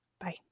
Bye